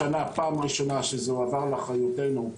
השנה לראשונה זה הועבר לאחריותנו,